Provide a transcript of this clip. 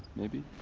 maybe?